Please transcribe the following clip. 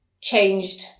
changed